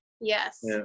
Yes